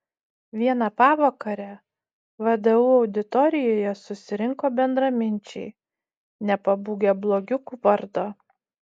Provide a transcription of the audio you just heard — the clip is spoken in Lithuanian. vieną pavakarę vdu auditorijoje susirinko bendraminčiai nepabūgę blogiukų vardo